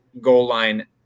goal-line